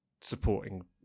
supporting